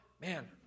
man